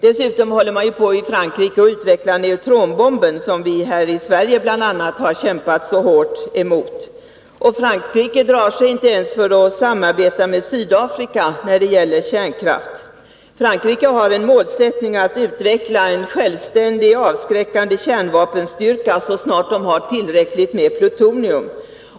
Dessutom håller man i Frankrike på att utveckla neutronbomben, som bl.a. vi här i Sverige kämpar mycket hårt emot. Frankrike drar sig inte ens för att samarbeta med Sydafrika när det gäller kärnkraft. Frankrike har som målsättning att utveckla en självständig avskräckande kärnvapenstyrka så snart man har tillräckligt med plutonium.